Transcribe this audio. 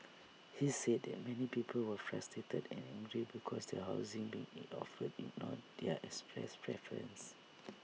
he said that many people were frustrated and angel because the housing being offered ignored their expressed preferences